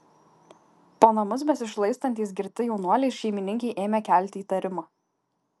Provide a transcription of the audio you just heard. po namus besišlaistantys girti jaunuoliai šeimininkei ėmė kelti įtarimą